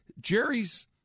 Jerry's